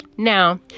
Now